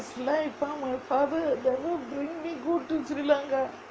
is like my father never bring me go to sri lanka